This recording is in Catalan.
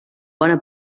bona